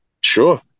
Sure